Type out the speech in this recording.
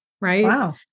Right